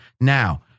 Now